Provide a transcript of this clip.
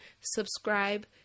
Subscribe